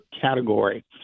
category